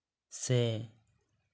ᱥᱮ